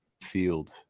field